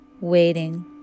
waiting